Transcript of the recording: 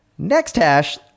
NextHash